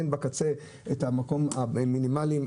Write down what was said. אין בקצה מקום מינימלי למנוחה.